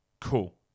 Cool